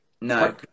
no